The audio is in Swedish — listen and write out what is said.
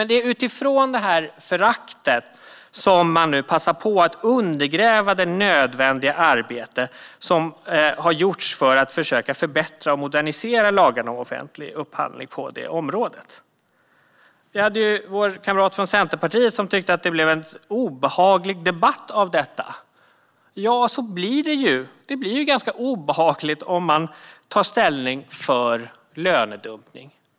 Det är utifrån detta förakt man nu passar på att undergräva det nödvändiga arbete som har gjorts för att försöka förbättra och modernisera lagarna om offentlig upphandling på det området. Vår kamrat från Centerpartiet tyckte att det blev en obehaglig debatt av detta. Ja, så blir det ju - det blir ganska obehagligt om man tar ställning för lönedumpning.